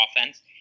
offense